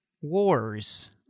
Wars